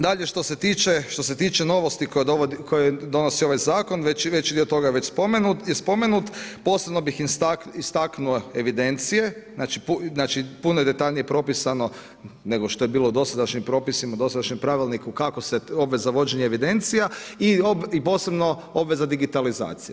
Dalje što se tiče novosti koje donosi ovaj zakon, veći dio toga je već spomenut, posebno bih istaknuo evidencije, znači puno je detaljnije propisano, nego što je bilo dosadašnjim propisima, dosadašnjem pravilniku kako se obveza vođenja evidencija i posebno obveza digitalizacije.